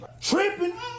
Tripping